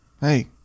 Hey